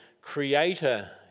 creator